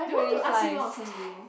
do you want to ask him out someday